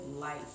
life